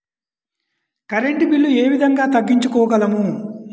Current bill ఏ విధంగా తగ్గించుకోగలము?